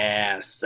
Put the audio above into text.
Yes